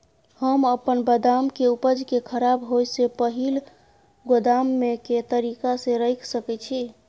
हम अपन बदाम के उपज के खराब होय से पहिल गोदाम में के तरीका से रैख सके छी?